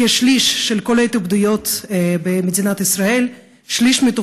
כשליש מכל ההתאבדויות במדינת ישראל, שליש מהן